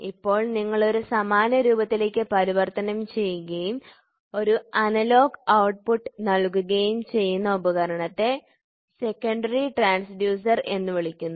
ഇപ്പോൾ നിങ്ങൾ ഇത് ഒരു സമാന രൂപത്തിലേക്ക് പരിവർത്തനം ചെയ്യുകയും ഒരു അനലോഗ് ഔട്ട്പുട്ട് നൽകുകയും ചെയ്യുന്ന ഉപകരണത്തെ ദ്വിതീയ ട്രാൻസ്ഡ്യൂസർ എന്ന് വിളിക്കുന്നു